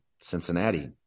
Cincinnati